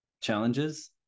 Challenges